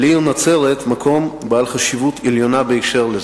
לעיר נצרת מקום בעל חשיבות עליונה בהקשר זה.